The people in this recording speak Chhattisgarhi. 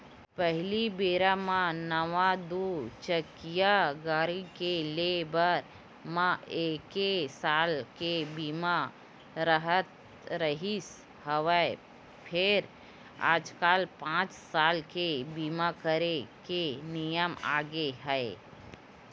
पहिली बेरा म नवा दू चकिया गाड़ी के ले बर म एके साल के बीमा राहत रिहिस हवय फेर आजकल पाँच साल के बीमा करे के नियम आगे हे